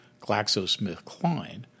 GlaxoSmithKline